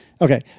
Okay